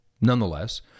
nonetheless